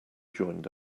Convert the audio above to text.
joined